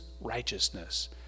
righteousness